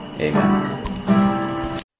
Amen